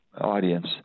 audience